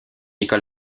école